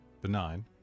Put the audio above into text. benign